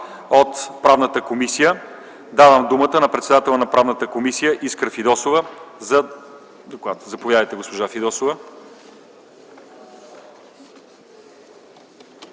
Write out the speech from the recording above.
от Правната комисия. Давам думата на председателя на Правната комисия Искра Фидосова, за да докладва. Заповядайте, госпожо Фидосова.